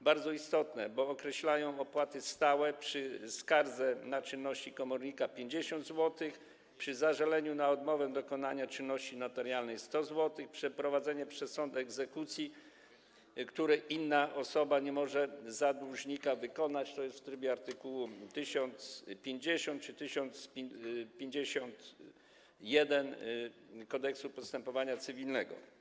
bardzo istotne, bo określają opłaty stałe przy skardze na czynności komornika - 50 zł, przy zażaleniu na odmowę dokonania czynności notarialnej - 100 zł, przy przeprowadzeniu przez sąd egzekucji czynności, której inna osoba nie może za dłużnika wykonać - to jest w trybie art. 1050 czy 1051 Kodeksu postępowania cywilnego.